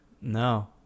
No